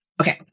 Okay